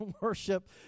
worship